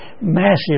massive